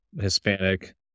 Hispanic